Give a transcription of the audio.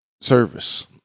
service